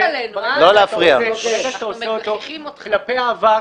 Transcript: ברגע שאתה עושה כלפי העבר,